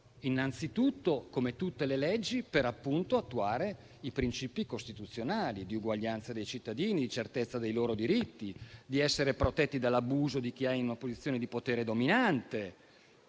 Innanzitutto, come per tutte le leggi, si fanno per attuare i principi costituzionali di uguaglianza dei cittadini, di certezza dei loro diritti, di protezione dall'abuso di chi ha una posizione di potere dominante.